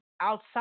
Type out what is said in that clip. outside